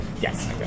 Yes